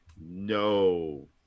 no